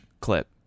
clip